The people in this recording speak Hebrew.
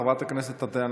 חברת הכנסת טטיאנה